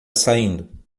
saindo